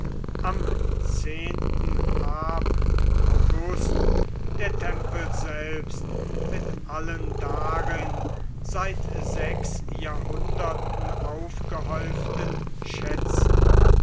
am zehnten ab august der tempel selbst mit allen darin seit sechs jahrhunderten aufgehäuften schätzen